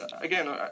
again